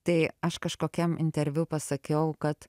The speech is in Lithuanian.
tai aš kažkokiam interviu pasakiau kad